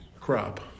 crop